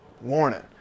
Warning